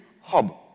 hub